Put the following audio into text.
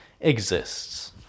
exists